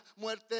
muerte